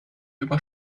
über